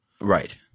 Right